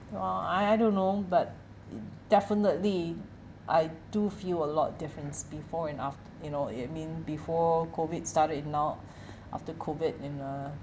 ya I I don't know but definitely I do feel a lot difference before and af~ you know I mean before COVID started now after COVID and uh